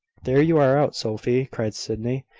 there you are out, sophy, cried sydney.